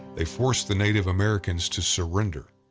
they forced the native americans to surrender,